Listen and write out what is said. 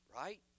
Right